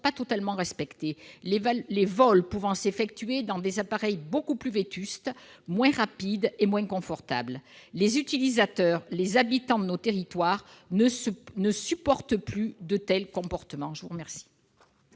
totalement respectées, les vols pouvant s'effectuer sur des appareils beaucoup plus vétustes que prévu, moins rapides et moins confortables. Les utilisateurs, c'est-à-dire les habitants de nos territoires, ne supportent plus de tels comportements. Je suis saisie